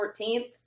14th